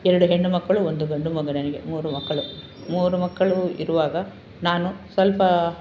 ಎರಡು ಹೆಣ್ಣು ಮಕ್ಕಳು ಒಂದು ಗಂಡು ಮಗು ನನಗೆ ಮೂರು ಮಕ್ಕಳು ಮೂರು ಮಕ್ಕಳು ಇರುವಾಗ ನಾನು ಸ್ವಲ್ಪ